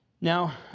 Now